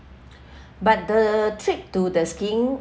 but the trip to the skiing